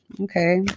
okay